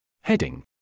Heading